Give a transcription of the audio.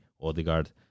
Odegaard